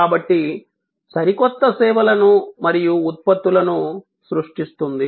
కాబట్టి సరికొత్త సేవలను మరియు ఉత్పత్తులను సృష్టిస్తుంది